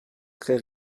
très